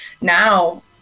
Now